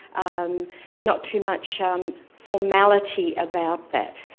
um not too much um formality about that.